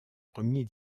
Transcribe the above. premier